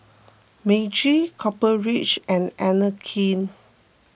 Meiji Copper Ridge and Anne Klein